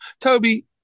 Toby